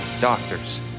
doctors